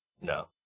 No